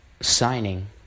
signing